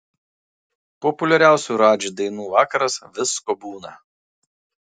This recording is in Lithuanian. populiariausių radži dainų vakaras visko būna